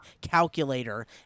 calculator